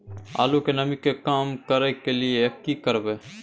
आलू के नमी के कम करय के लिये की करबै?